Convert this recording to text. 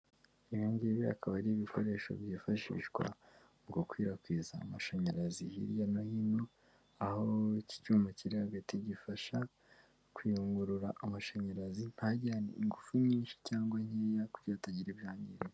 Ibi ngibi akaba ari ibikoresho byifashishwa mu gukwirakwiza amashanyarazi hirya no hino, aho iki cyuma kiri hagati gifasha kuyungurura amashanyarazi ntajyane ingufu nyinshi cyangwa nkeya, kugira hatagira ibyangirika.